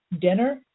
dinner